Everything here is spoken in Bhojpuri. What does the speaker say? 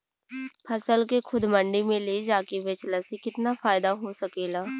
फसल के खुद मंडी में ले जाके बेचला से कितना फायदा हो सकेला?